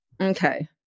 okay